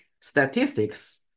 statistics